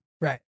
right